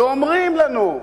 ואומרים לנו: